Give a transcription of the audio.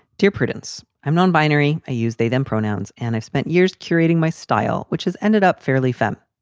dear prudence, i'm non-binary. i use they them pronouns. and i've spent years curating my style, which has ended up fairly femm.